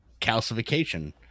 calcification